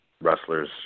wrestlers